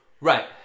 Right